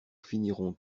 finirons